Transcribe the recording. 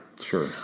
Sure